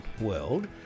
world